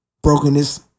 Brokenness